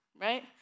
right